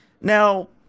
Now